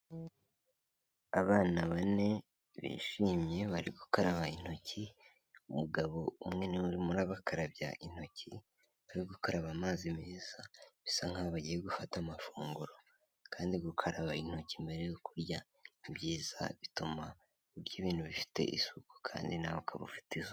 Abana bane bishimye, bari gukaraba intoki, umugabo umwe ni we urimo urabakarabya intoki, bakaba bari gukaraba amazi meza, bisa nkaho bagiye gufata amafunguro kandi gukaraba intoki mbere yo kurya ni byiza, bituma urya ibintu bifite isuku kandi nawe akaba ufite isuku.